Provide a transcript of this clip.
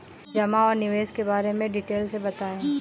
जमा और निवेश के बारे में डिटेल से बताएँ?